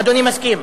אדוני מסכים?